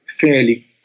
fairly